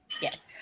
Yes